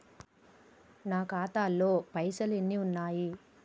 నా ఖాతాలో పైసలు ఎన్ని ఉన్నాయి?